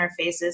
interfaces